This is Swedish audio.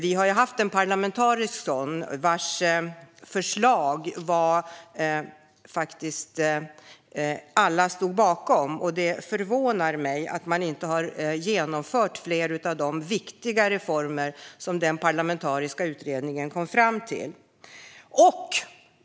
Vi har haft en sådan parlamentarisk utredning vars förslag alla faktiskt stod bakom. Det förvånar mig därför att inte fler av de viktiga reformer som den parlamentariska utredningen kom fram till har genomförts.